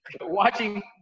watching